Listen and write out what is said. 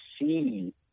see